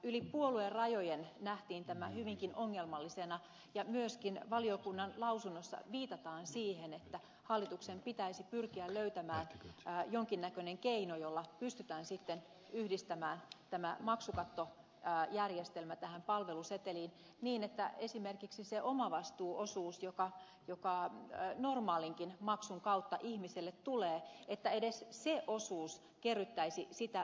yli puoluerajojen nähtiin tämä hyvinkin ongelmallisena ja myöskin valiokunnan lausunnossa viitataan siihen että hallituksen pitäisi pyrkiä löytämään jonkin näköinen keino jolla pystytään yhdistämään tämä maksukattojärjestelmä palveluseteliin niin että esimerkiksi se omavastuuosuus joka normaalinkin maksun kautta ihmiselle tulee edes se osuus kerryttäisi sitä maksukattoa